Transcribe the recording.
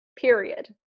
period